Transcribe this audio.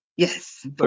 Yes